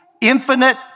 infinite